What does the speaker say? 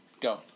Go